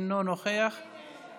בבקשה, שלוש דקות.